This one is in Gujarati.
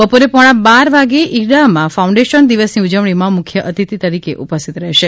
બપોરે પોણા બાર વાગે ઇરડામાં ફાઉન્ડેશન દિવસની ઉજવણીમાં મુખ્ય અતિથિ તરીકે ઉપસ્થિત રહેશે